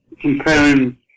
comparing